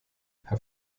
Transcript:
herr